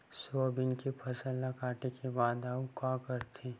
Soybean के फसल ल काटे के बाद आऊ का करथे?